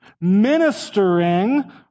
ministering